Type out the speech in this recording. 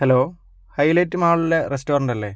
hello highlight മാളിലെ restaurant അല്ലേ